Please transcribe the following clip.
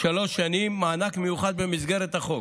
שלוש שנים, מענק מיוחד במסגרת החוק.